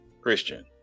Christian